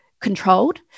controlled